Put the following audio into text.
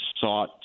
sought